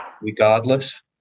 regardless